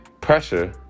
pressure